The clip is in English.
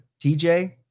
TJ